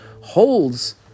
holds